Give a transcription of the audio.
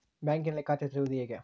ಬ್ಯಾಂಕಿನಲ್ಲಿ ಖಾತೆ ತೆರೆಯುವುದು ಹೇಗೆ?